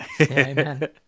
Amen